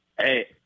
Hey